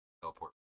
teleport